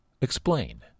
Explain